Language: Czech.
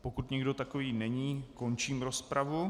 Pokud nikdo takový není, končím rozpravu.